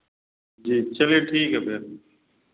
जी चलिए ठीक है फिर